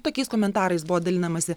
tokiais komentarais buvo dalinamasi